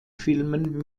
filmen